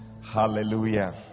Hallelujah